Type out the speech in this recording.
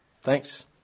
thanks